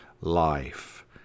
life